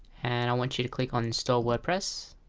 and i want you to click on install wordpress